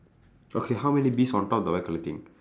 okay how many bees on top of the white colour thing